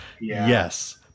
yes